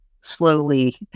slowly